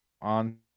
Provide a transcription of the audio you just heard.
on